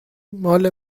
ماله